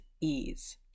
ease